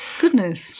Goodness